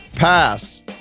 Pass